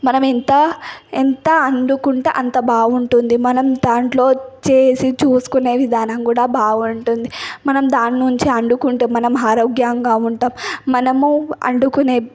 మనం ఎంత ఎంత వండుకుంటే అంత బాగుంటుంది మనం దాంట్లో చేసి చూసుకునే విధానం కూడా బావుంటుంది మనం దాన్నుంచి వండుకుంటే మనం ఆరోగ్యంగా ఉంటాం మనము వండుకునే